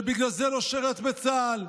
שבגלל זה לא שירת בצה"ל,